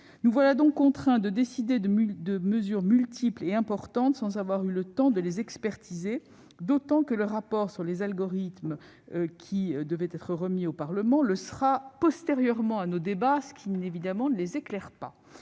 Nous voilà donc contraints de décider de mesures multiples et importantes sans avoir eu le temps de les expertiser, et ce d'autant plus que le rapport sur les algorithmes, qui devait être remis au Parlement, le sera postérieurement à nos débats, ce qui, évidemment, ne contribuera pas